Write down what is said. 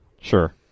Sure